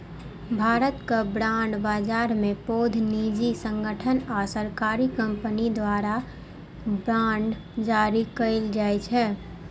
भारतक बांड बाजार मे पैघ निजी संगठन आ सरकारी कंपनी द्वारा बांड जारी कैल जाइ छै